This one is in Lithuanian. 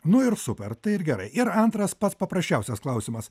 nu ir super tai ir gerai ir antras pats paprasčiausias klausimas